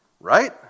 Right